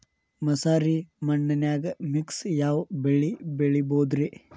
ಮಸಾರಿ ಮಣ್ಣನ್ಯಾಗ ಮಿಕ್ಸ್ ಯಾವ ಬೆಳಿ ಬೆಳಿಬೊದ್ರೇ?